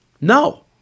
No